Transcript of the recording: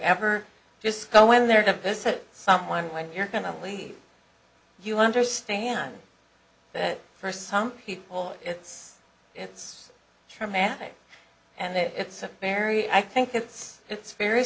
ever just go in there to visit someone when you're going to leave you understand that for some people it's it's traumatic and it's a very i think it's it's very